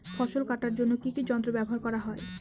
ফসল কাটার জন্য কি কি যন্ত্র ব্যাবহার করা হয়?